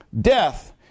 Death